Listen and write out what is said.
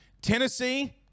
Tennessee